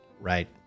Right